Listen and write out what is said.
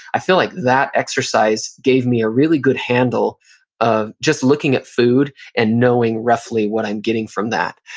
i feel like that exercise gave me a really good handle of just looking at food and knowing, roughly, what i'm getting from that.